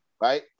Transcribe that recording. Right